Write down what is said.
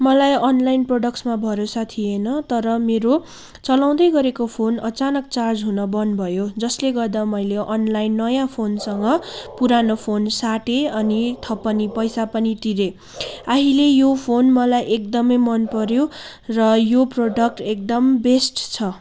मलाई अनलाइन प्रडक्टसमा भरोसा थिएन तर मेरो चलाउँदै गरेको फोन अचानक चार्ज हुन बन्द भयो जसले गर्दा मैले अनलाइन नयाँ फोन सँग पुरानो फोन साटेँ अनि थपनी पैसा पनि तिरेँ अहिले यो फोन मलाई एकदमै मन पर्यो र यो प्रडक्ट एकदम बेस्ट छ